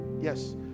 yes